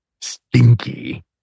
stinky